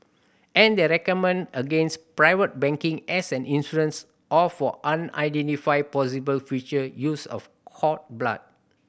and they recommend against private banking as an insurance or for unidentified possible future use of cord blood